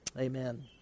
amen